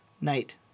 night